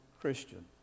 Christian